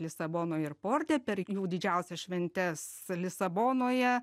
lisabonoj ir porte per jų didžiausias šventes lisabonoje